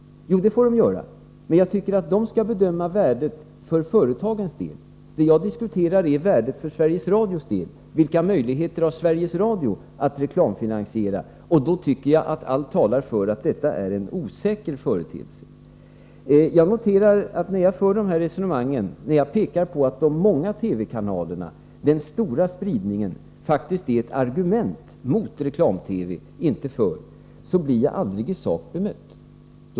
Jo, det får de göra, men jag tycker att de skall bedöma värdet för företagens del. Vad jag diskuterar är värdet för Sveriges Radios del. Vilka möjligheter har Sveriges Radio att reklamfinansiera? Allt talar enligt min mening för att detta är någonting osäkert. När jag påpekar att de många TV-kanalerna, den stora spridningen, faktiskt är ett argument mot och inte för reklam-TV, då blir jag aldrig bemött i sak.